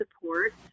support